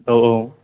औ औ